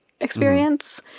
experience